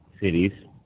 cities